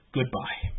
Goodbye